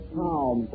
town